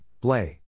blay